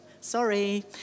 Sorry